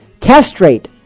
Castrate